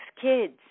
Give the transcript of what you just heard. kids